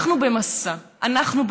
אנחנו במסע של